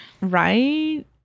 Right